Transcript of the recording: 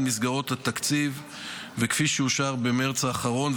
מסגרות התקציב כפי שאושרו במרץ האחרון,